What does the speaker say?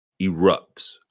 erupts